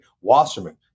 Wasserman